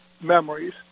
memories